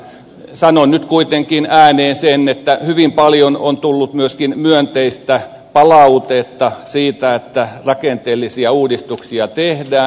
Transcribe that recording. sanon nyt kuitenkin ääneen sen että hyvin paljon on tullut myöskin myönteistä palautetta siitä että rakenteellisia uudistuksia tehdään